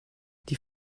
die